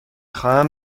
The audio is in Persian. خواهم